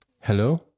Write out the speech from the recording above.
Hello